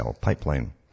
pipeline